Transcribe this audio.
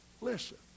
Listen